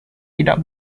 tidak